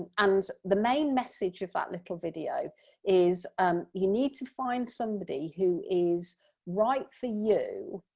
and the main message of that little video is um you need to find somebody who is right for you,